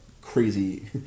crazy